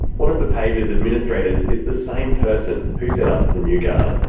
one of the page's administrators is the same person who set up the new guard.